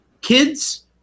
Kids